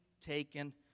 taken